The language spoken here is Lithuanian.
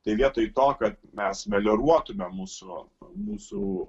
tai vietoj to kad mes melioruotame mūsų mūsų